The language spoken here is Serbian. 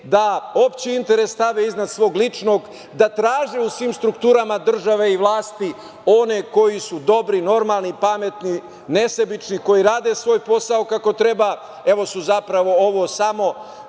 da opšti interes stave iznad svog ličnog, da traže u svim strukturama države i vlasti one koji su dobri, normalni, pametni, nesebični, koji rade svoj posao kako treba. Zapravo su ovo samo